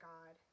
God